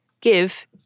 give